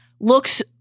looks